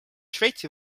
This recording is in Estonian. šveitsi